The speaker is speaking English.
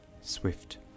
Swift